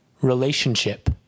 Relationship